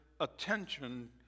attention